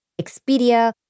Expedia